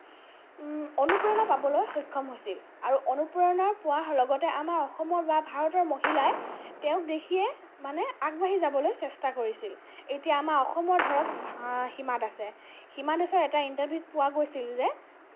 অনুপ্ৰেৰণা পাবলৈ সক্ষম হৈছিল আৰু অনুপ্ৰেৰণা পোৱাৰ লগতে আমাৰ অসমৰ বা ভাৰতৰ মহিলাই তেওঁক দেখিয়ে মানে আগবাঢ়ি যাবলৈ চেষ্টা কৰিছিল এতিয়া আমাৰ অসমৰ ধৰক হীমা দাসে হীমা দাসৰ এটা ইণ্টাৰভিউত পোৱা গৈছিল যে